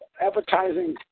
advertising